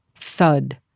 thud